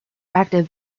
active